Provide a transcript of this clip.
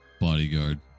bodyguard